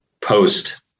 post